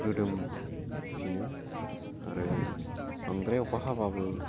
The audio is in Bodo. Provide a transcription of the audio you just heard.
रोदोमफिनो आरो बांद्राय अखा हाबाबो